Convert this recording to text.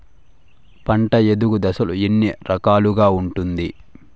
పంట ఎదుగు దశలు ఎన్ని రకాలుగా ఉంటుంది?